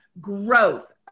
growth